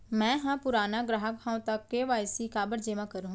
मैं ह पुराना ग्राहक हव त के.वाई.सी काबर जेमा करहुं?